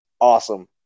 awesome